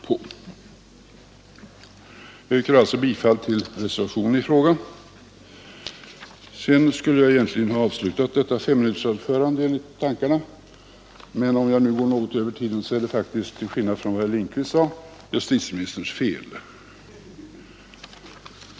Jag yrkar alltså bifall till reservationen i frågan Sedan skulle jag egentligen ha avslutat mitt femminutersanförande enligt tankarna, men om jag nu går något över tiden är det faktiskt - till skillnad från vad herr Lindkvist sade — justitieministerns fel.